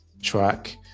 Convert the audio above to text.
track